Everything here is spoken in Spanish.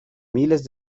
miles